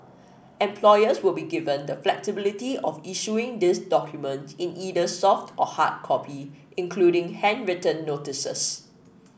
employers will be given the flexibility of issuing these document in either soft or hard copy including handwritten notices